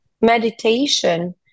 Meditation